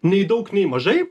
nei daug nei mažai